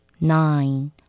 nine